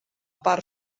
part